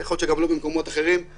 יכול להיות שבמקומות אחרים גם לא היה.